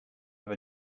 have